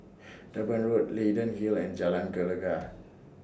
Durban Road Leyden Hill and Jalan Gelegar